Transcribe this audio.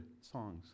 songs